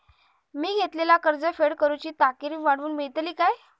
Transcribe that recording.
मी घेतलाला कर्ज फेड करूची तारिक वाढवन मेलतली काय?